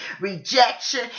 rejection